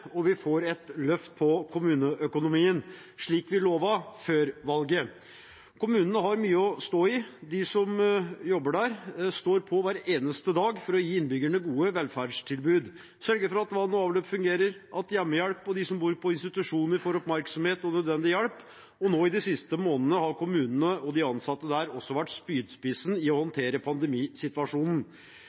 og vi får et løft på kommuneøkonomien slik vi lovte før valget. Kommunene har mye å stå i. De som jobber der, står på hver eneste dag for å gi innbyggerne gode velferdstilbud, sørge for at vann og avløp fungerer, og sørge for hjemmehjelp og at de som bor på institusjoner, får oppmerksomhet og nødvendig hjelp. Nå i de siste månedene har kommunene og de ansatte der også vært spydspissen i å håndtere pandemisituasjonen.